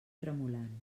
tremolant